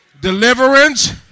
deliverance